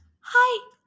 Hi